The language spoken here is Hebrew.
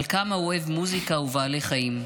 על כמה הוא אוהב מוזיקה ובעלי חיים,